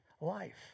life